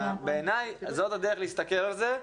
ובעיניי זאת הדרך להסתכל על זה,